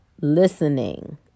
listening